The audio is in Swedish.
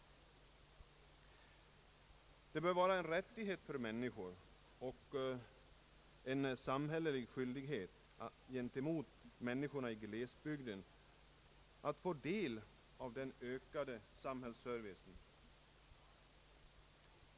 Det bör vara en rättighet för människorna och en samhällelig skyldighet gentemot människorna i glesbygderna att dessa får del av den ökade samhällsservicen.